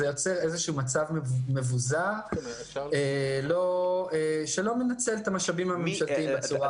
זה יוצר מצב מבוזר שלא מנצל את המשאבים הממשלתיים בצורה הכי טובה.